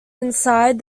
inside